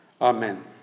Amen